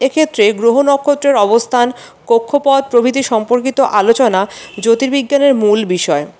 এক্ষেত্রে গ্রহ নক্ষত্রের অবস্থান কক্ষপথ প্রভৃতি সম্পর্কিত আলোচনা জ্যোতির্বিজ্ঞানের মূল বিষয়